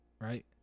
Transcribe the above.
right